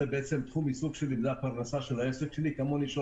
זה העיסוק שלי והפרנסה של העסק שלי.